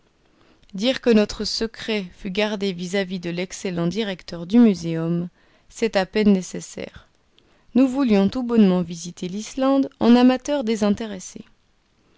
dire que notre secret fut gardé vis-à-vis de l'excellent directeur du muséum c'est à peine nécessaire nous voulions tout bonnement visiter l'islande en amateurs désintéressés